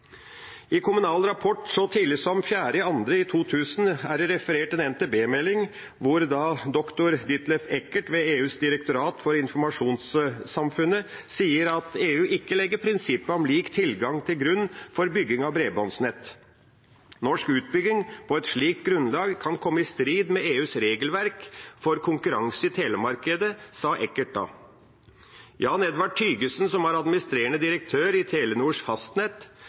i Norge. I Kommunal Rapport så tidlig som 4. februar 2000 er det referert en NTB-melding hvor doktor Detlef Eckert ved EUs direktorat for informasjonssamfunnet sier at EU ikke legger prinsippet om lik tilgang til grunn for bygging av bredbåndsnett. Norsk utbygging på et slikt grunnlag kan komme i strid med EUs regelverk for konkurranse i telemarkedet, sa Eckert da. Jan Edvard Thygesen, som var administrerende direktør i Telenors fastnett,